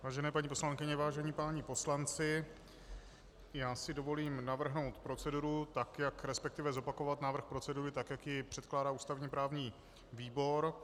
Vážené paní poslankyně, vážení páni poslanci, já si dovolím navrhnout proceduru, resp. zopakovat návrh procedury, tak jak ji předkládá ústavněprávní výbor.